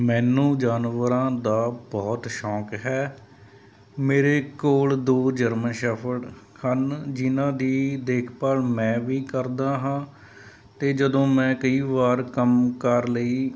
ਮੈਨੂੰ ਜਾਨਵਰਾਂ ਦਾ ਬਹੁਤ ਸ਼ੌਕ ਹੈ ਮੇਰੇ ਕੋਲ ਦੋ ਜਰਮਨ ਸ਼ੈਫਰਡ ਹਨ ਜਿਨ੍ਹਾਂ ਦੀ ਦੇਖਭਾਲ ਮੈਂ ਵੀ ਕਰਦਾ ਹਾਂ ਅਤੇ ਜਦੋਂ ਮੈਂ ਕਈ ਵਾਰ ਕੰਮਕਾਰ ਲਈ